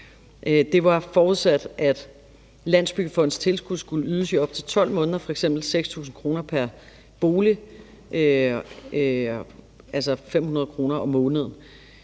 Det var forudsat, at Landsbyggefondens tilskud skulle ydes i op til 12 måneder, f.eks. 6.000 kr. pr. bolig, altså 500 kr. om måneden